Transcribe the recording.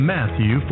Matthew